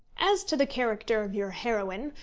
as to the character of your heroine,